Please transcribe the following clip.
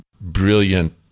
brilliant